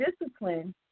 discipline